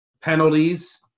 penalties